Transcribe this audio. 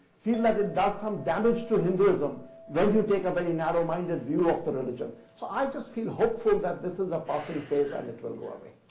feel that it does some damage to hinduism when you take a very narrow minded view of the religion. so i just feel hopeful that this is a passing phase and it will go away.